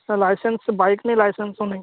sir licence তো bike নেই লাইসেন্সও নেই